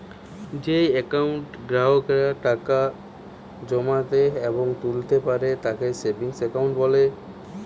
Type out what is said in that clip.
যেই একাউন্টে গ্রাহকেরা টাকা জমাতে এবং তুলতা পারে তাকে সেভিংস একাউন্ট বলে